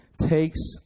takes